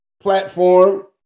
platform